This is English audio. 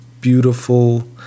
beautiful